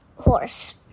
horse